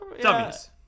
Dummies